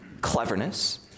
cleverness